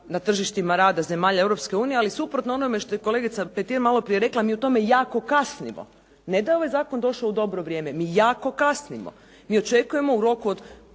na tržištima rada zemalja Europske unije, ali suprotno onome što je kolegica Petir malo prije rekla mi u tome jako kasnimo. Ne da je ovaj zakon došao u dobro vrijeme mi jako kasnimo. Mi očekujemo u roku od